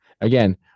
again